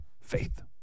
Faith